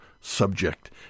subject